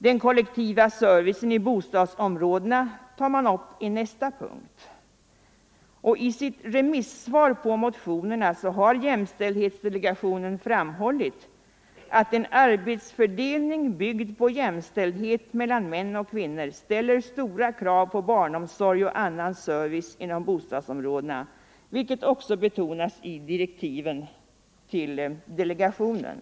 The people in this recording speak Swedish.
Den kollektiva servicen i bostadsområdena tar man upp i nästa punkt. I sitt remissvar till motionerna har jämställdhetsdelegationen framhållit, att en arbetsfördelning byggd på jämställdhet mellan män och kvinnor ställer stora krav på barnomsorg och annan service inom bostadsområdena, vilket också betonas i direktiven till delegationen.